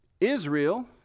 Israel